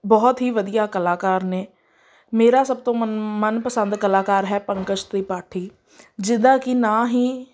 ਬਹੁਤ ਹੀ ਵਧੀਆ ਕਲਾਕਾਰ ਨੇ ਮੇਰਾ ਸਭ ਤੋਂ ਮਨ ਮਨਪਸੰਦ ਕਲਾਕਾਰ ਹੈ ਪੰਕਜ ਤ੍ਰਿਪਾਠੀ ਜਿਹਦਾ ਕਿ ਨਾਂ ਹੀ